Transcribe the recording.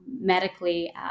medically